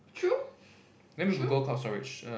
true true